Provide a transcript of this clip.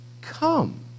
come